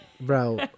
Bro